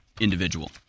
individual